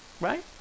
right